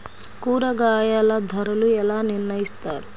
కూరగాయల ధరలు ఎలా నిర్ణయిస్తారు?